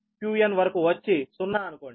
qn వరకు వచ్చి 0 అనుకోండి